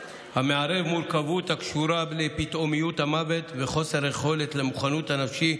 שמערב מורכבות הקשורה לפתאומיות המוות וחוסר היכולת למוכנות הנפשית